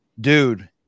Dude